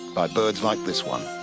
by birds like this one.